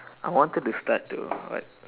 I wanted to start to what